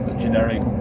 generic